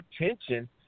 attention